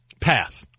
path